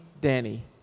Danny